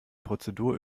prozedur